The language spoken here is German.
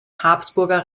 habsburger